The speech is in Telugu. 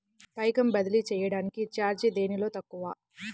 పైకం బదిలీ చెయ్యటానికి చార్జీ దేనిలో తక్కువ?